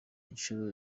inshuro